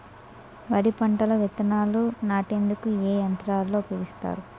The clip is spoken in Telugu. వరి పంటలో విత్తనాలు నాటేందుకు ఏ యంత్రాలు ఉపయోగిస్తారు?